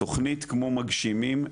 תכנית כמו מגשימים,